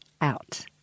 Out